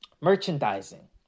Merchandising